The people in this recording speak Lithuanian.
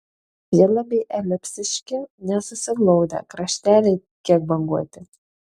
žiedlapiai elipsiški nesusiglaudę krašteliai kiek banguoti